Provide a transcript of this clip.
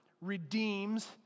redeems